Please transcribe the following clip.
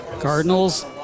Cardinals